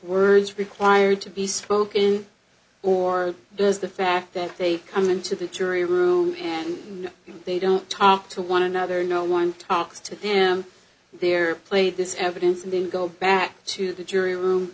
words required to be spoken or does the fact that they come into the jury room and they don't talk to one another no one talks to them they're played this evidence and then go back to the jury room